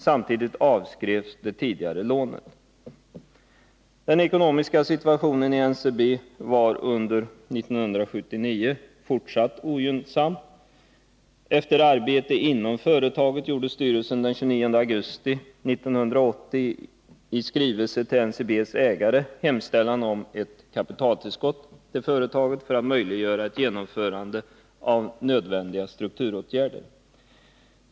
Samtidigt avskrevs det tidigare lånet. Den ekonomiska situationen för NCB var under 1979 fortsatt ogynnsam. Efter arbete inom företaget gjorde styrelsen den 29 augusti 1980 i en skrivelse till NCB:s ägare en hemställan om ett kapitaltillskott till företaget för att möjliggöra ett genomförande av nödvändiga strukturåtgärder.